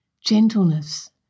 gentleness